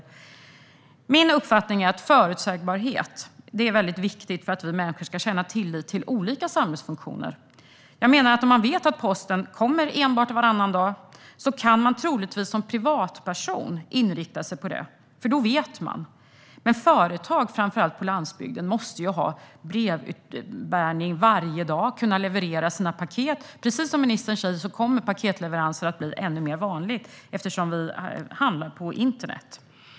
De undrar vad ministern har sagt och hur problemet ska åtgärdas. Det är viktigt med förutsägbarhet för att vi människor ska känna tillit till olika samhällsfunktioner. Om man vet att posten kommer enbart varannan dag kan man troligtvis som privatperson inrikta sig på det. Då vet man. Men företag på framför allt landsbygden måste ha brevutbärning varje dag och kunna leverera sina paket. Precis som ministern säger kommer paketleveranser att bli vanligare eftersom vi handlar på internet.